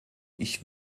ich